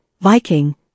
Viking